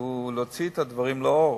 היא להוציא את הדברים לאור,